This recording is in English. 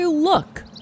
Look